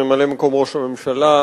אדוני ממלא-מקום ראש הממשלה,